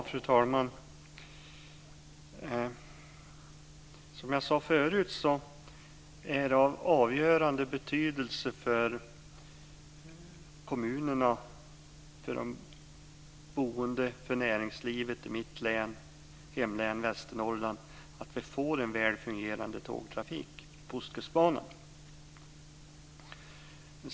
Fru talman! Som jag sade tidigare är det av avgörande betydelse för kommunerna, för de boende och för näringslivet i mitt hemlän Västernorrland att vi får en väl fungerande tågtrafik på ostkustbanan.